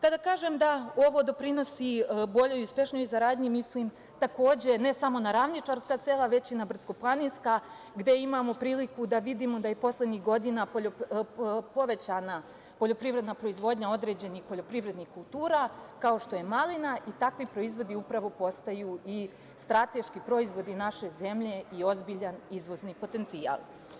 Kada kažem da ovo doprinosi boljoj i uspešnijoj saradnji, mislim, takođe, ne samo na ravničarska sela, već i na brdsko-planinska, gde imamo priliku da vidimo da je poslednjih godina povećana poljoprivredna proizvodnja određenih poljoprivrednih kultura, kao što je malina i takvi proizvodi upravo postaju i strateški proizvodi naše zemlje i ozbiljan izvozni potencijal.